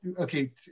okay